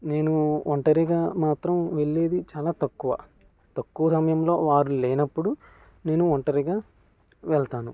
నేను ఒంటరిగా మాత్రం వెళ్ళేది చాలా తక్కువ తక్కువ సమయంలో వారు లేనప్పుడు నేను ఒంటరిగా వెళ్తాను